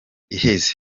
iheze